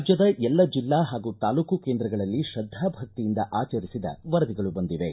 ರಾಜ್ಯದ ಎಲ್ಲ ಜಿಲ್ಲಾ ಹಾಗೂ ತಾಲೂಕು ಕೇಂದ್ರಗಳಲ್ಲಿ ಶ್ರದ್ದಾ ಭಕ್ತಿಯಿಂದ ಆಚರಿಸಿದ ವರದಿಗಳು ಬಂದಿವೆ